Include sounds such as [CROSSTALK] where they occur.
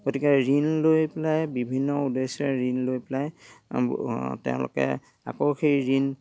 গতিকে ঋণ লৈ পেলাই বিভিন্ন উদ্দেশ্য়ৰে ঋণ লৈ পেলাই [UNINTELLIGIBLE] তেওঁলোকে আকৌ সেই ঋণ